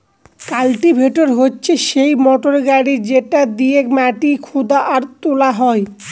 cultivator হচ্ছে সেই motor গাড়ি যেটা দিয়েক মাটি খুদা আর তোলা হয়